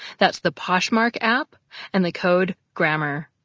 that's the poshmark app and the code grammar.